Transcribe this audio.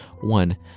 One